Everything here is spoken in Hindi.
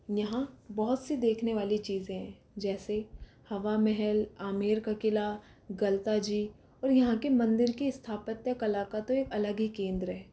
यहाँ बहुत सी देखने वाली चीज़ें हैं जैसे हवा महल आमेर का किला गलकाजी और यहाँ के मंदिर की स्थापत्य कला का तो एक अलग ही केंद्र है